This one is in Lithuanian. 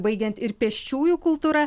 baigiant ir pėsčiųjų kultūra